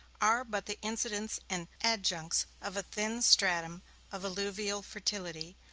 are but the incidents and adjuncts of a thin stratum of alluvial fertility,